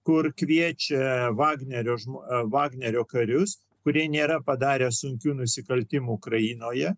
kur kviečia vagnerio vagnerio karius kurie nėra padarę sunkių nusikaltimų ukrainoje